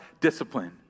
discipline